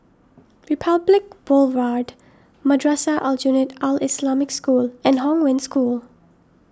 Republic Boulevard Madrasah Aljunied Al Islamic School and Hong Wen School